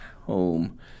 home